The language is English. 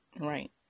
Right